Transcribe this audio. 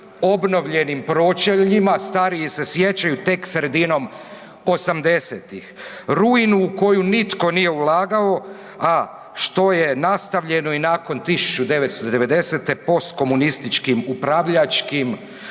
obnovljenim pročeljima, stariji se sjećaju, tek sredinom 80-ih. Rujinu u koju nitko nije ulagao, a što je nastavljeno i nakon 1990. postkomunističkim upravljačkim